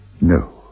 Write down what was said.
No